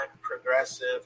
progressive